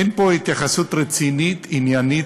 אין פה התייחסות רצינית, עניינית,